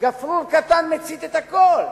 גפרור קטן מצית את הכול.